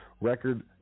record